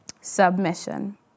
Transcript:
Submission